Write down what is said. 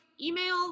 email